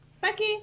Becky